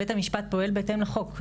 בית המשפט פועל בהתאם לחוק.